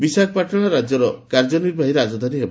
ବିଶାଖାପାଟଣା ରାଜ୍ୟର କାର୍ଯ୍ୟ ନିର୍ବାହୀ ରାଜଧାନୀ ହେବ